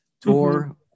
tour